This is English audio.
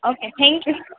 okay thank you